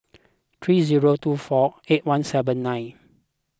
three zero two four eight one seven nine